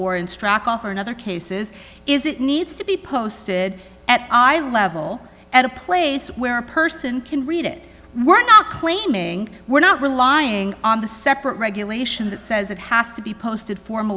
or in struck off or another cases is it needs to be posted at i level at a place where a person can read it we're not claiming we're not relying on the separate regulation that says it has to be posted form